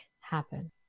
happen